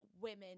women